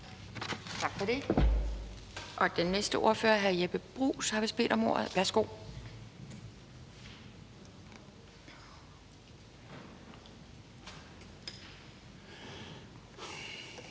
Tak for det. Den næste ordfører, hr. Jeppe Bruus, har vist bedt om ordet. Værsgo.